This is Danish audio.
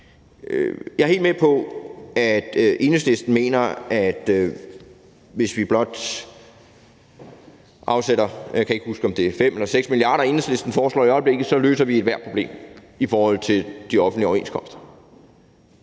Jeg er helt med på, at Enhedslisten mener, at hvis vi blot afsætter – jeg kan ikke huske, om det er 5 eller 6 mia. kr., Enhedslisten foreslår i øjeblikket – så løser vi ethvert problem i forhold til de offentlige overenskomster.